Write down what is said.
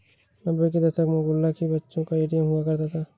नब्बे के दशक में गुल्लक ही बच्चों का ए.टी.एम हुआ करता था